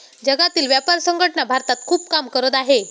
जागतिक व्यापार संघटना भारतात खूप काम करत आहे